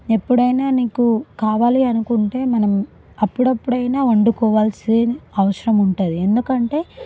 ఎప్పుడైనా నీకు కావాలి అనుకుంటే మనం అప్పుడప్పుడైనా వండుకోవాల్సి అవసరం ఉంటుంది ఎందుకంటే